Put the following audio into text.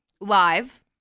Live